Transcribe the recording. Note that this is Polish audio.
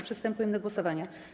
Przystępujemy do głosowania.